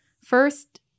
first